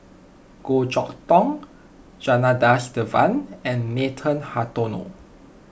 Goh Chok Tong Janadas Devan and Nathan Hartono